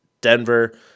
Denver